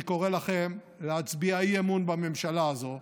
אני קורא לכם להצביע אי-אמון בממשלה הזו,